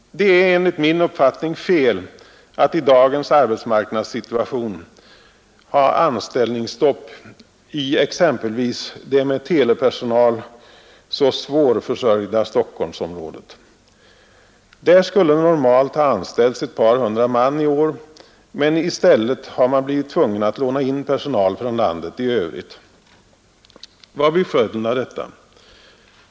Det är enligt min uppfattning fel att i dagens arbetsmarknadssituation ha anställningsstopp i exempelvis det med telepersonal så svårförsörjda Stockholmsområdet. Där skulle normalt ha anställts ett par hundra man i år, men i stället har man blivit tvungen att låna in personal från landet i övrigt. Vad blir följden av detta?